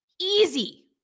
Easy